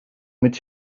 mit